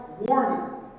warning